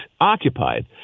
occupied